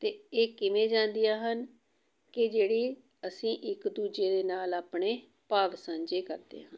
ਅਤੇ ਇਹ ਕਿਵੇਂ ਜਾਂਦੀਆਂ ਹਨ ਕਿ ਜਿਹੜੀ ਅਸੀਂ ਇੱਕ ਦੂਜੇ ਦੇ ਨਾਲ ਆਪਣੇ ਭਾਵ ਸਾਂਝੇ ਕਰਦੇ ਹਾਂ